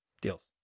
deals